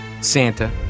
Santa